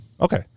Okay